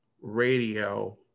radio